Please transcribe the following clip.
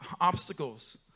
Obstacles